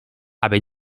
aby